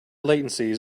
latencies